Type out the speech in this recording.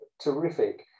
terrific